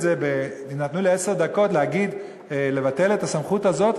נתנו לי עשר דקות להגיד לבטל את הסמכות הזאת.